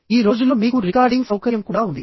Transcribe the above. ఈ రోజుల్లో మీకు రికార్డింగ్ సౌకర్యం కూడా ఉంది